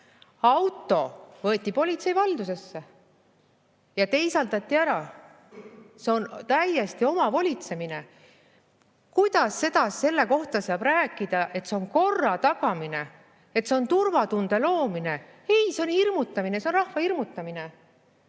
Auto võeti politsei valdusesse ja teisaldati ära. See on täielik omavolitsemine. Kuidas selle kohta saab rääkida, et see on korra tagamine, et see on turvatunde loomine? Ei, see on hirmutamine, see on rahva hirmutamine.